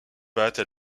pattes